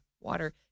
water